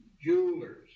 jewelers